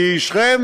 משכם